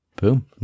Boom